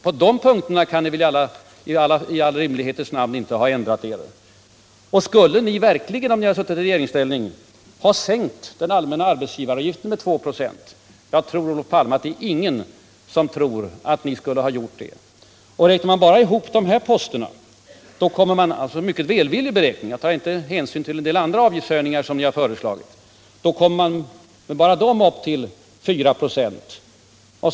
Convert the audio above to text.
På de punkterna kan ni väl i all rimlighets namn inte ha ändrat er. Och skulle ni verkligen, om ni hade suttit i regeringsställning, ha sänkt den allmänna arbetsgivaravgiften med 2 26? Jag menar, Olof Palme, att inte någon tror att ni skulle ha gjort detta. Räknar man bara ihop dessa poster, kommer man med en mycket välvillig kalkyl — jag tar inte hänsyn till en del andra avgiftshöjningar som ni har föreslagit — upp till 4 96.